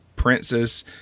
Princess